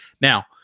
Now